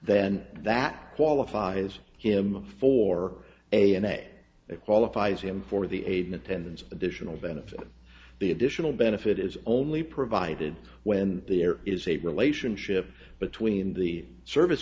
then that qualifies him for a in a that qualifies him for the aid in attendance of additional benefit the additional benefit is only provided when there is a relationship between the service